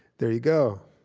there you go